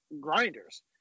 grinders